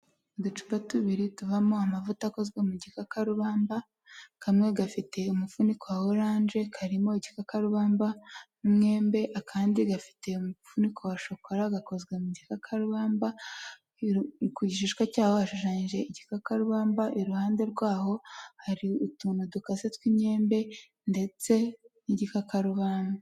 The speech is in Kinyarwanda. Uducupa tubiri tuvamo amavuta akozwe mu gikakarubamba, kamwe gafite umufuniko wa oranje, karimo igikakarubamba n'umwembe, akandi gafite umufuniko wa shokora, gakozwe mu gikakarubamba, ku gishishwa cyaho hashushanyije igikakarubamba, iruhande rwaho hari utuntu dukase tw'imyembe ndetse n'igikakarubanda.